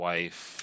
Wife